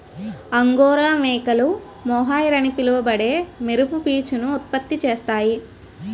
angora మేకలు mohair అని పిలువబడే మెరుపు పీచును ఉత్పత్తి చేస్తాయి